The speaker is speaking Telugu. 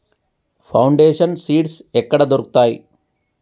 ఫౌండేషన్ సీడ్స్ ఎక్కడ దొరుకుతాయి?